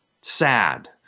Sad